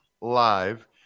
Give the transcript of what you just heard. live